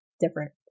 different